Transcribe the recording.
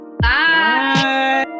Bye